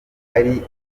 ari